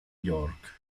york